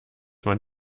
man